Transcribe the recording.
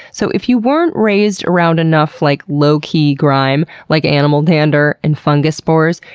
so, if you weren't raised around enough like low-key grime, like animal dander and fungus spores,